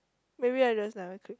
maybe I just never click